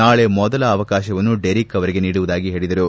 ನಾಳೆ ಮೊದಲ ಅವಕಾಶವನ್ನು ಡೆರಿಕ್ ಅವರಿಗೆ ನೀಡುವುದಾಗಿ ಹೇಳಿದರು